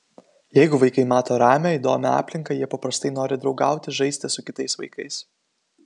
jeigu vaikai mato ramią įdomią aplinką jie paprastai nori draugauti žaisti su kitais vaikais